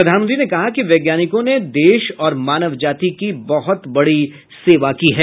प्रधानमंत्री ने कहा कि वैज्ञानिकों ने देश और मानव जाति की बहुत बड़ी सेवा की है